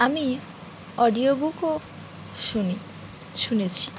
আমি অডিও বুকও শুনি শুনেছি